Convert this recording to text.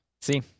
See